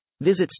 Visit